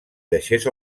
deixés